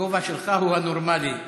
הגובה שלך הוא הנורמלי.